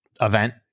event